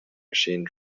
machine